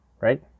right